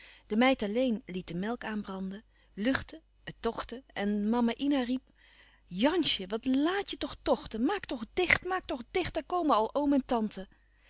buik de meid alleen liet de melk aanbranden luchtte het tochtte en mama ina riep jansje wat laat je toch tochten maak toch dicht maak toch dicht daar komen al oom en tante